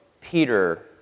Peter